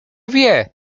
wie